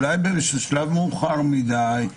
אולי בשלב מאוחר מדי,